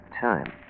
time